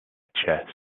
chests